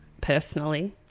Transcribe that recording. personally